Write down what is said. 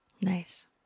Nice